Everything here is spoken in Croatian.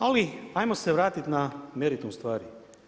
Ali ajmo se vratiti na meritum stvari.